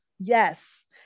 yes